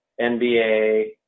NBA